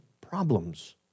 problems